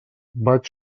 vaig